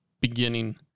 beginning